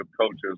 coaches